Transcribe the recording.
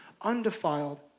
undefiled